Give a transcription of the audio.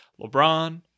LeBron